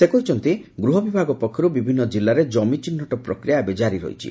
ସେ କହିଛନ୍ତି ଗୂହ ବିଭାଗ ପକ୍ଷରୁ ବିଭିନ୍ନ କିଲ୍ଲାରେ ଜମି ଚିହ୍ଟ ପ୍ରକ୍ରିୟା ଏବେ ଜାରି ରହିଛି